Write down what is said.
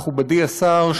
מכובדי השר,